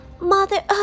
Mother